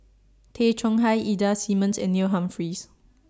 Tay Chong Hai Ida Simmons and Neil Humphreys